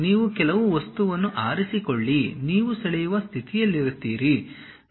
ನೀವು ಕೆಲವು ವಸ್ತುವನ್ನು ಆರಿಸಿಕೊಳ್ಳಿ ನೀವು ಸೆಳೆಯುವ ಸ್ಥಿತಿಯಲ್ಲಿರುತ್ತೀರಿ